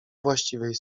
właściwej